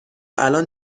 الان